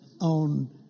on